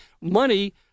money